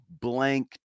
blank